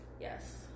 Yes